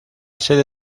sede